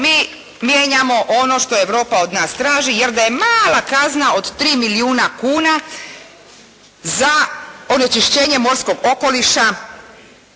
mi mijenjamo ono što Europa od nas traži, jer da je mala kazna od tri milijuna kuna za onečišćenje morskog okoliša